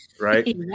right